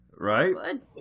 Right